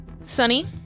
Sunny